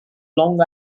long